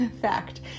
fact